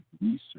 research